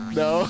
no